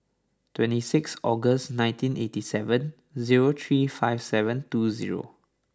twenty six August nineteen eighty seven zero three five seven two zero